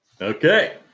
Okay